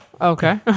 Okay